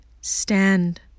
Stand